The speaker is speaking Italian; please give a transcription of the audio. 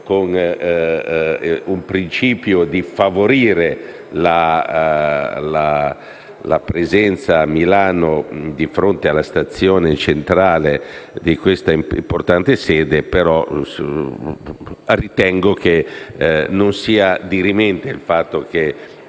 al principio di favorire la presenza di fronte alla stazione centrale di Milano di questa importante sede, ma ritengo che non sia dirimente il fatto che